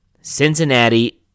Cincinnati